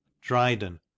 Dryden